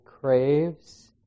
craves